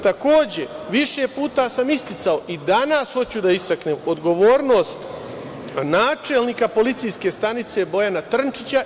Takođe, više puta sam isticao, i danas hoću da istaknem, odgovornost načelnika policijske stanice Bojana Trnčića.